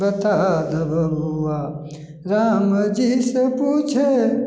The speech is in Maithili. बता दऽ बबुआ रामजी से पूछे